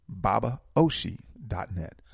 babaoshi.net